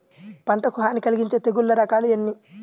పంటకు హాని కలిగించే తెగుళ్ళ రకాలు ఎన్ని?